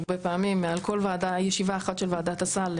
הרבה פעמים על כל ישיבה אחת של ועדת הסל,